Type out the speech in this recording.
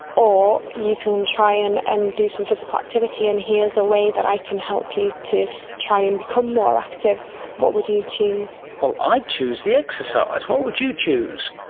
or you can try and and do some physical activity and here's a way that i can help you to try and become more active what would you choose? well, i'd choose the exercise, what would you choose?